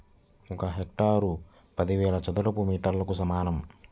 ఒక హెక్టారు పదివేల చదరపు మీటర్లకు సమానం